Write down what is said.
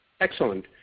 Excellent